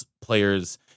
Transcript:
players